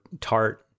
tart